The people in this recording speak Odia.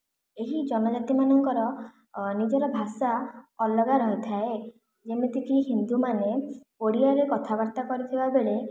ଏହି ଜନଜାତି ମାନଙ୍କର ନିଜର ଭାଷା ଅଲଗା ରହିଥାଏ ଯେମିତିକି ହିନ୍ଦୁମାନେ ଓଡ଼ିଆରେ କଥାବାର୍ତ୍ତା କରୁଥିବା ବେଳେ